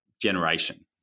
generation